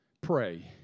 pray